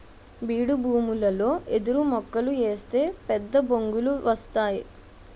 బీడుభూములలో ఎదురుమొక్కలు ఏస్తే పెద్దబొంగులు వస్తేయ్